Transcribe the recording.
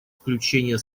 включение